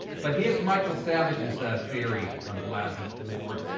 but here's michael savages theory on blasi ford